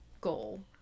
goal